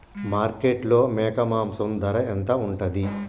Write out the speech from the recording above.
మార్కెట్లో మేక మాంసం ధర ఎంత ఉంటది?